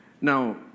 Now